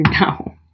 No